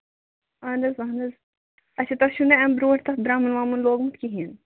اَہَن حظ اَہَن حظ اَچھا تۄہہِ چھُو نہٕ اَمہِ برٛونٛٹھ تَتھ درٛمُن وَمُن لوٚگمُت کِہیٖنٛۍ نہٕ